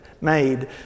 made